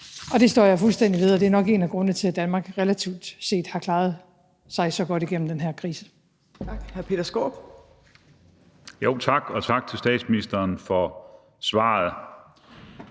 Det står jeg fuldstændig ved, og det er nok en af grundene til, at Danmark relativt set har klaret sig så godt igennem den her krise. Kl. 15:02 Fjerde næstformand (Trine Torp): Hr.